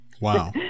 Wow